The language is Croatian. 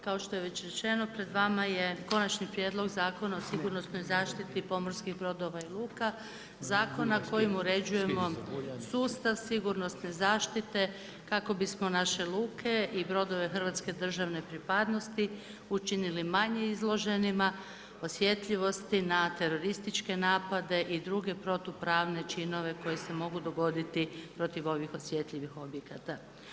Kao što je već rečeno, pred vama je Konačni prijedlog Zakona o sigurnosnoj zaštiti pomorskih brodova i luka, zakona kojim uređujemo sustav sigurnosne zaštite kako bismo naše luke i brodove hrvatske državne pripadnosti učinili manje izloženima osjetljivosti na terorističke napade i druge protupravne činove koji se mogu dogoditi protiv ovih osjetljivih objekata.